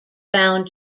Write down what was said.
bound